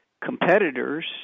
competitors –